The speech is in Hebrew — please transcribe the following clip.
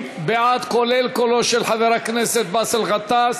30 בעד, כולל קולו של חבר הכנסת באסל גטאס,